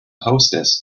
hostess